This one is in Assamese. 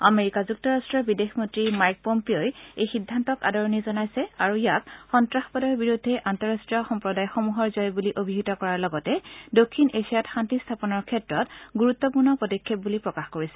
আমেৰিকা যুক্তৰাষ্ট্ৰৰ বিদেশ মন্ত্ৰী মাইক পম্পিঅ'ই এই সিদ্ধান্তক আদৰণি জনাইছে আৰু ইয়াক সন্তাসবাদৰ বিৰুদ্ধে আন্তঃৰাষ্টীয় সম্প্ৰদায় সমূহৰ জয় বুলি অভিহিত কৰাৰ লগতে দক্ষিণ এছিয়াত শান্তি স্থাপনৰ ক্ষেত্ৰত গুৰুত্পূৰ্ণ পদক্ষেপ বুলি প্ৰকাশ কৰিছে